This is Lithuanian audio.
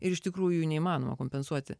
ir iš tikrųjų neįmanoma kompensuoti